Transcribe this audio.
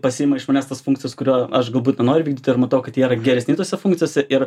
pasiima iš manęs tas funkcijas kurių aš galbūt nenoriu vykdyti ir matau kad jie yra geresni tose funkcijose ir